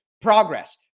progress